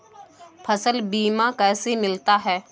फसल बीमा कैसे मिलता है?